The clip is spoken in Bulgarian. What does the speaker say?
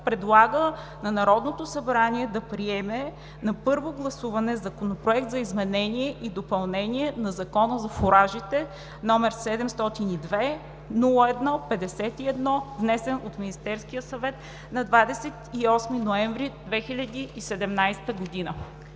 предлага на Народното събрание да приеме на първо гласуване Законопроект за изменение и допълнение на Закона за фуражите, № 702-01-51, внесен от Министерския съвет на 28 ноември 2017 г.“